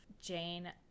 jane